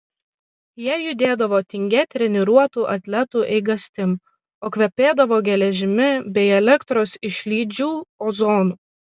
jie judėdavo tingia treniruotų atletų eigastim o kvepėdavo geležimi bei elektros išlydžių ozonu